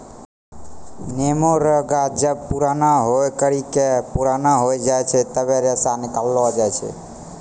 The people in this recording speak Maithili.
नेमो रो गाछ जब पुराणा होय करि के पुराना हो जाय छै तबै रेशा निकालो जाय छै